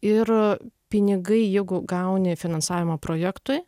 ir pinigai jeigu gauni finansavimą projektui